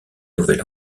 nouvel